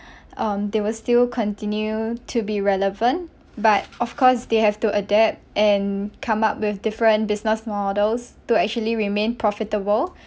um they will still continue to be relevant but of course they have to adapt and come up with different business models to actually remain profitable